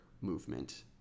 movement